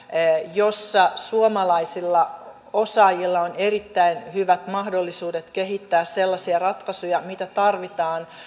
jossa suomalaisilla osaajilla on erittäin hyvät mahdollisuudet kehittää sellaisia ratkaisuja mitä tarvitaan